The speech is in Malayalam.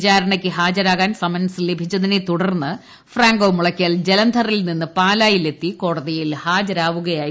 വിചാരണയ്ക്ക് ഹാജരാകാൻ സമൻസ് ലഭിച്ചതിനെ തുടർന്ന് ഫ്രാങ്കോ മുളയ്ക്കൽ ജലന്ധറിൽ നിന്ന് പാലായിൽ എത്തി കോടതിയിൽ ഹാജരാവുകയായിരുന്നു